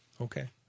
Okay